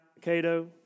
Cato